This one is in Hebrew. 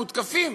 מותקפים?